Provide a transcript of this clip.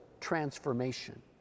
transformation